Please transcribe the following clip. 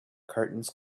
curtains